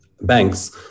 banks